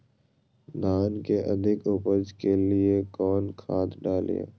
धान के अधिक उपज के लिए कौन खाद डालिय?